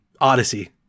Odyssey